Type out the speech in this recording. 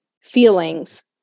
feelings